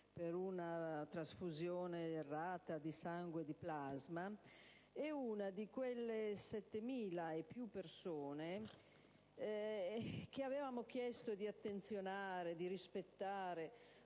per una trasfusione errata di plasma, è una di quelle oltre 7.000 persone che avevamo chiesto di attenzionare, di rispettare